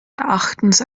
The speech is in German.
erachtens